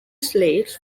slates